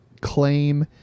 claim